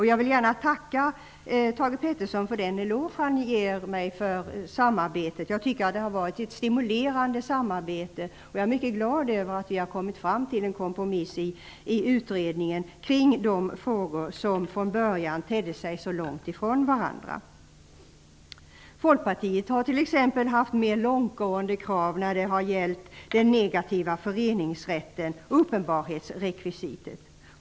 Jag vill gärna tacka Thage G Peterson för att han ger mig en eloge för samarbetet. Jag tycker att det har varit ett stimulerande samarbete och är mycket glad över att vi har nått en kompromiss i utredningen när det gäller de frågor som från början tycktes så långt från varandra. Folkpartiet har t.ex. haft mera långtgående krav när det gällt den negativa föreningsrätten och uppenbarhetsrekvisitet.